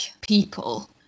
people